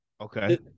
Okay